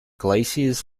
glaciers